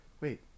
Wait